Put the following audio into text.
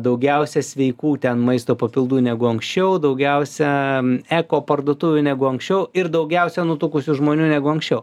daugiausia sveikų ten maisto papildų negu anksčiau daugiausia eko parduotuvių negu anksčiau ir daugiausia nutukusių žmonių negu anksčiau